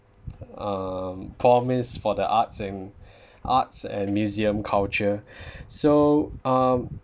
uh promised for the arts and arts and museum culture so um